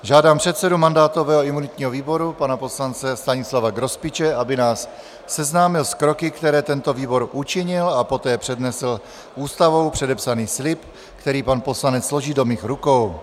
Žádám předsedu mandátového a imunitního výboru pana poslance Stanislava Grospiče, aby nás seznámil s kroky, které tento výbor učinil, a poté přednesl Ústavou předepsaný slib, který pan poslanec složí do mých rukou.